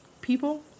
people